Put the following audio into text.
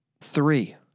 three